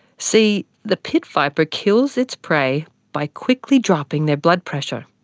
see, the pit viper kills its prey by quickly dropping their blood pressure.